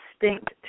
distinct